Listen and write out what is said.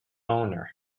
owner